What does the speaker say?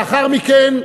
לאחר מכן,